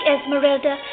Esmeralda